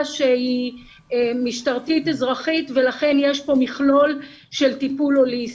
שהיא משטרתית אזרחית ולכן יש פה מכלול של טיפול הוליסטי.